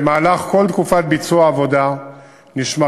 במהלך כל תקופת ביצוע העבודה נשמרים